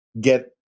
get